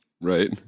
Right